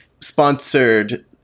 sponsored